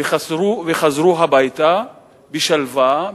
וחזרו הביתה בשלווה,